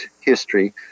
history